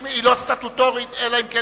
אם היא סטטוטורית זה מצוין.